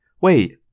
wait